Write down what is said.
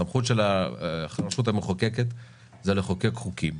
הסמכות של הרשות המחוקקת זה לחוקק חוקים.